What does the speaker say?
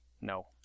No